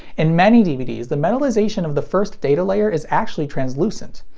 in many dvds, the metalization of the first data later is actually translucent.